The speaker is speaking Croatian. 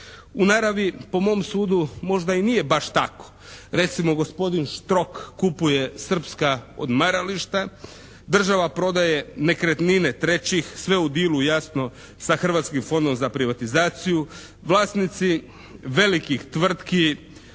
U naravi po mom sudu možda i nije baš tako. Recimo gospodin Štrok kupuje srpska odmarališta. Država prodaje nekretnine trećih, sve u dilu jasno sa Hrvatskim fondom za privatizaciju. Vlasnici velikih tvrtki